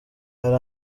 hari